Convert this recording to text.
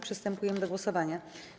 Przystępujemy do głosowania.